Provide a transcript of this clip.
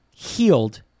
Healed